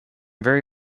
very